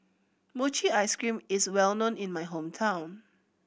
mochi ice cream is well known in my hometown